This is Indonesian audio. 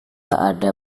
ada